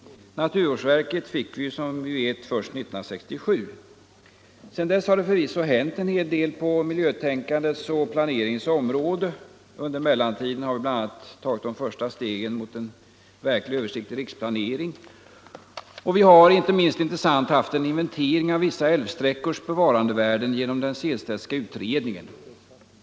Naturvårdsverket kom f. ö. till först 1967, som vi vet. Sedan dess har det förvisso hänt en hel del på miljötänkandets och planeringens område. Vi har bl.a. tagit de första stegen mot en verkligt översiktlig riksplanering och — inte minst intressant — genom den Sehlstedtska utredningen undersökt vissa älvsträckors bevarandevärden.